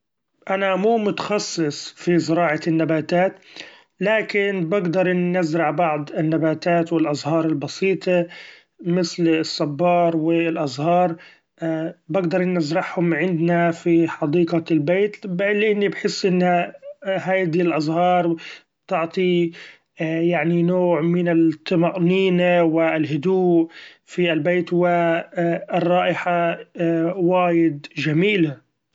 أنا مو متخصص في زراعة النباتات لكن بقدر أن ازرع بعض النباتات و الأزهار البسيطي مثل: الصبار و الأزهار بقدر أن ازرعهم عندنا في حديقة البيت لأني بحس إن هيدي الأزهار بتعطي يعني نوع من الطمأنيني و الهدوء في البيت و الرائحة وايد جميلة.